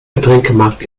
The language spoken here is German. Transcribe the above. getränkemarkt